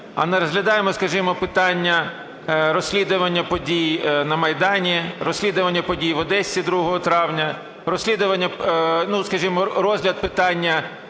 а не розглядаємо, скажімо, питання розслідування подій на Майдані, розслідування подій в Одесі 2 травня, розслідування, скажімо, розгляд питання